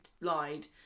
lied